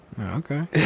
Okay